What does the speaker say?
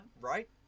Right